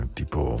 tipo